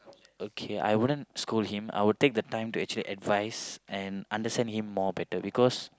okay I wouldn't scold him I would take the time to actually advise and understand him more better